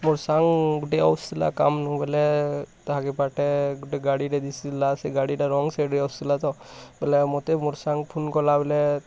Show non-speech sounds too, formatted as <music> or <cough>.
ମୋର୍ ସାଙ୍ଗ ଗୁଟେ ଅସଲା କାମ୍ ନୁ ବୋଲେ ତାହା କେ ପାଟେ ଗୁଟେ ଗାଡ଼ି ରେ <unintelligible> ସେ ଗାଡ଼ି ଟା ରଙ୍ଗ ସାଇଡ଼୍ରେ ଆସୁଥିଲା ତ ବୋଲେ ମୋତେ ମୋର୍ ସାଙ୍ଗ ଫୋନ୍ କଲା ବୋଲେ